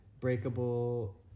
breakable